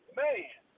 man